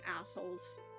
assholes